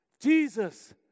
Jesus